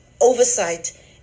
oversight